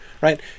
right